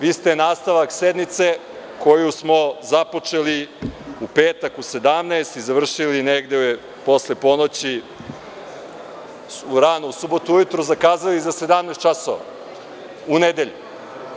Vi ste nastavak sednice, koju smo započeli u petak u 17,00 časova i završili negde posle ponoći, rano u subotu ujutru, zakazali za 17,00 časova u nedelju.